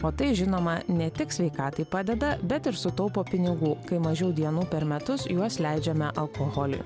o tai žinoma ne tik sveikatai padeda bet ir sutaupo pinigų kai mažiau dienų per metus juos leidžiame alkoholiui